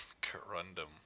Corundum